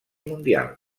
mundials